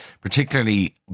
particularly